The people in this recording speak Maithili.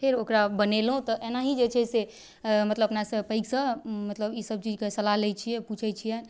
फेर ओकरा बनेलहुँ तऽ एनाहिए जे छै से मतलब अपनासँ पैघसँ मतलब ईसबके सलाह लै छिए पुछै छिए